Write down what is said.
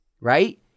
right